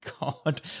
God